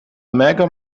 mega